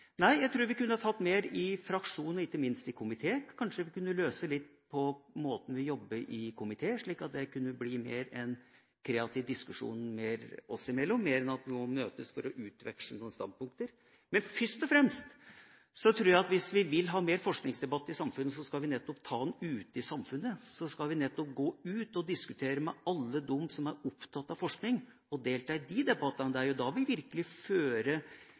Nei, jeg tror vi kunne tatt mer i fraksjonene, og ikke minst i komiteen, kanskje vi kunne løse litt på måten vi jobber i komiteen slik at det kunne bli en mer kreativ diskusjon oss imellom, mer enn at noen møtes for å utveksle noen standpunkter. Men først og fremst tror jeg at hvis vi vil ha mer forskningsdebatt i samfunnet, skal vi nettopp ta den ute i samfunnet, gå ut og diskutere med alle dem som er opptatt av forskning, og delta i de debattene. Det er jo da vi virkelig